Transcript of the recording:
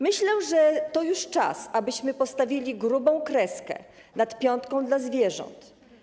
Myślę, że już czas, abyśmy postawili grubą kreskę nad piątką dla zwierząt.